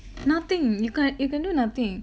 nothing you can't you can do nothing